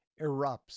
erupts